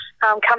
come